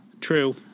True